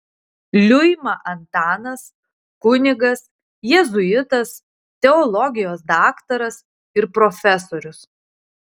liuima antanas kunigas jėzuitas teologijos daktaras ir profesorius